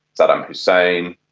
saddam hussein,